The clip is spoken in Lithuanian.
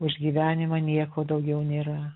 už gyvenimą nieko daugiau nėra